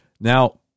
Now